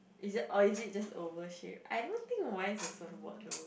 is it or is it just oval shaped I don't think mine's a surfboard though